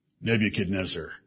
Nebuchadnezzar